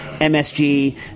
MSG